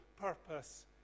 purpose